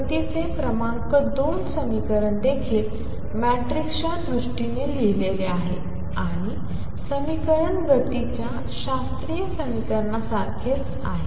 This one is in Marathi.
गतीचे क्रमांक 2 समीकरण देखील मॅट्रिसच्या दृष्टीने लिहिलेले आहे आणि समीकरण गतीच्या शास्त्रीय समीकरणासारखेच आहे